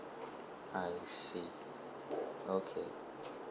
I see okay